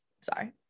sorry